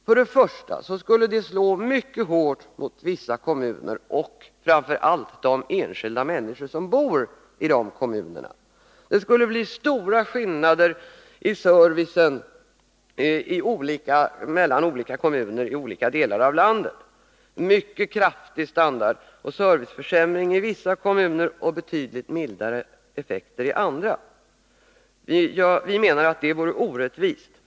För det första skulle det slå mycket hårt mot vissa kommuner och framför allt mot de enskilda människorna där. Det skulle bli stora skillnader i servicen i olika delar av landet, med en mycket kraftig standardoch serviceförsämring i vissa kommuner och betydligt mildare effekter i andra. Vi menar att det skulle vara orättvist.